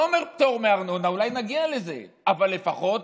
לא אומר פטור מארנונה, אולי נגיע לזה, אבל לפחות